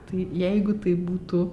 tai jeigu tai būtų